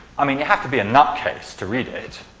i mean you have to be a nutcase to read it.